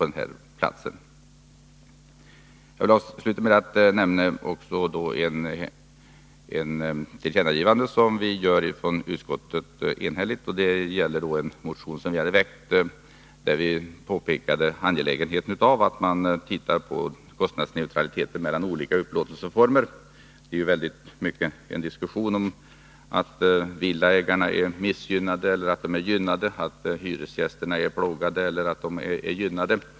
Den andra sak som jag vill nämna är det enhälliga tillkännagivande som utskottet gör beträffande vår motion om angelägenheten av att man ser på kostnadsneutraliteten mellan olika upplåtelseformer. Det är i mycket en diskussion om att villaägarna är missgynnade eller gynnade och att hyresgästerna är plågade eller favoriserade.